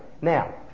Now